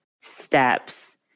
steps